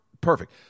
perfect